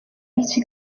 bytsje